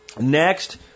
Next